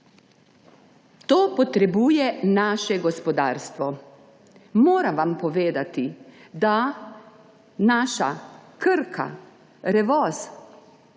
To potrebuje naše gospodarstvo. Moram vam povedati, da Krka in Revoz